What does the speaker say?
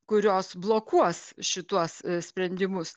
kurios blokuos šituos sprendimus